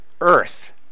Earth